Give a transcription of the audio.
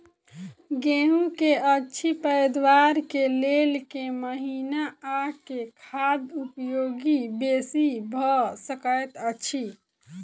गेंहूँ की अछि पैदावार केँ लेल केँ महीना आ केँ खाद उपयोगी बेसी भऽ सकैत अछि?